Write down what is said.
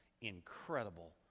incredible